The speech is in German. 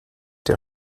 der